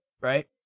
right